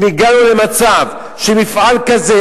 אם הגענו למצב שמפעל כזה,